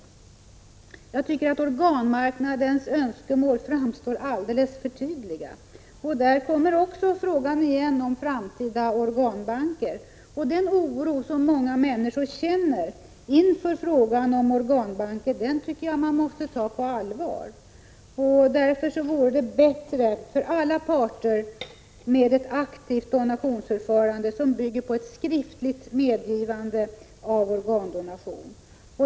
Jag tycker att organmarknadens önskemål framstår alldeles för tydligt. Här kommer också frågan om framtida organbanker in, och den oro som många människor känner inför den frågan måste man ta på allvar. Därför vore det bättre för alla parter med ett aktivt donationsförfarande, som bygger på ett skriftligt medgivande för organdonation.